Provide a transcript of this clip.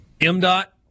M-DOT